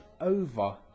over